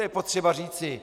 To je potřeba říci.